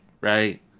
Right